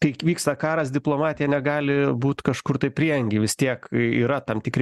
kai vyksta karas diplomatija negali būt kažkur tai prieangy vis tiek yra tam tikri